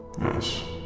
Yes